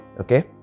Okay